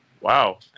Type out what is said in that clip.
Wow